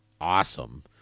awesome